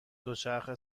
دوچرخه